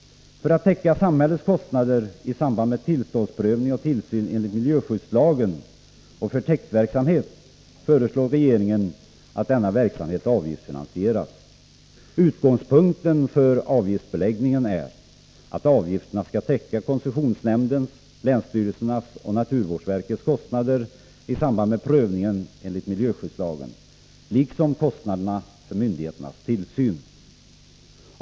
För att täcka samhällets kostnader i samband med tillståndsprövning och tillsyn enligt miljöskyddslagen och för täktverksamhet föreslår regeringen att denna verksamhet avgiftsfinansieras. Utgångspunkten för avgiftsbeläggningen är att avgifterna skall täcka koncessionsnämndens, länsstyrelsernas och naturvårdsverkets kostnader i samband med prövningen enligt miljöskyddslagen, liksom kostnaderna för myndigheternas tillsyn.